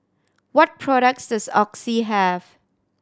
what products does Oxy have